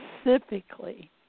specifically